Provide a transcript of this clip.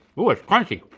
ooh it's crunchy.